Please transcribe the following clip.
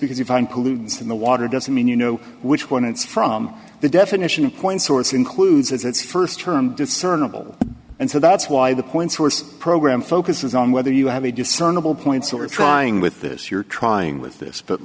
because you find pollutants in the water doesn't mean you know which one it's from the definition of point source includes its st term discernible and so that's why the point source program focuses on whether you have a discernable points or trying with this you're trying with this but